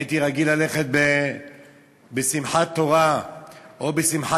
הייתי רגיל ללכת בשמחת תורה או בשמחת